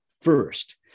first